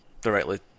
directly